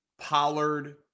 Pollard